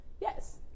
Yes